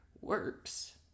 works